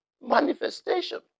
manifestation